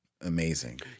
amazing